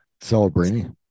Celebrini